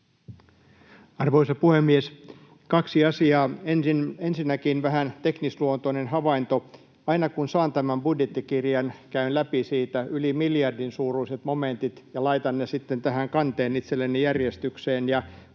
Arvoisa puhemies! Kaksi asiaa. Ensinnäkin vähän teknisluontoinen havainto. Aina kun saan tämän budjettikirjan, käyn läpi siitä yli miljardin suuruiset momentit ja laitan ne sitten tähän kanteen itselleni järjestykseen,